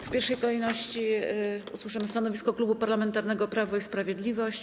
W pierwszej kolejności usłyszymy stanowisko Klubu Parlamentarnego Prawo i Sprawiedliwość.